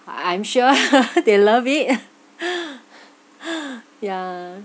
I I'm sure they love it yeah